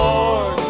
Lord